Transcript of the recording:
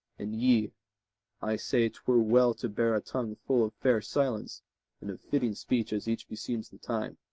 and ye i say twere well to bear a tongue full of fair silence and of fitting speech as each beseems the time